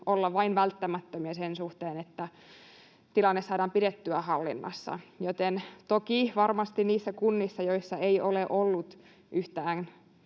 olla vain välttämättömiä sen suhteen, että tilanne saadaan pidettyä hallinnassa. Toki varmasti niissä kunnissa, joissa ei ole ollut yhtään